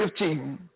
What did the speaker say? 15